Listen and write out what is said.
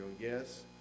Yes